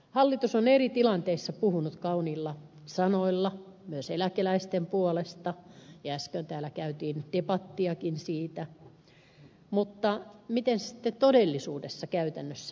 hallitus on eri tilanteissa puhunut kauniilla sanoilla myös eläkeläisten puolesta ja äsken täällä käytiin debattiakin siitä mutta miten se sitten todellisuudessa käytännössä näkyy